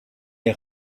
les